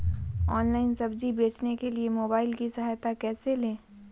Online सब्जी बेचने के लिए मोबाईल की सहायता कैसे ले?